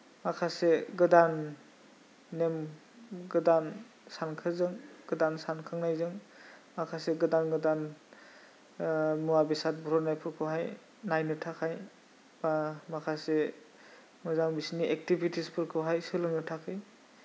माखासे गोदान नेम गोदान सानखोजों गोदान सानखोनायजों माखासे गोदान गोदान मुवा बेसाद बरन्नायफोरखौहाय नायनो थाखाय बा माखासे मोजां बिसोरनि एक्तिभितिसफोरखौहाय सोलोंनो थाखै